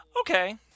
okay